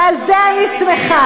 ועל זה אני שמחה.